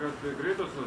kad greitosios